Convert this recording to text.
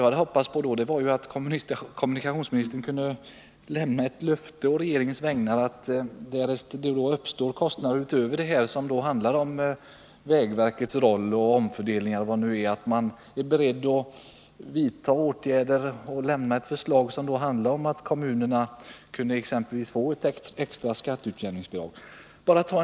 Jag hade också hoppats att kommunikationsministern skulle lämna ett löfte på regeringens vägnar, att därest det uppstår kostnader utöver dem som gäller vägverket, omfördelningar m.m., är man beredd att vidta åtgärder och lämna ett förslag som handlar om att kommunerna exempelvis kunde få ett extra skatteutjämningsbidrag.